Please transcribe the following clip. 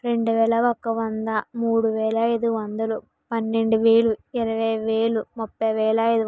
రెండు వేల ఒక వంద మూడు వేల ఐదు వందలు పన్నెండు వేలు ఇరవై వేలు ముప్పై వేల ఐదు